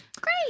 great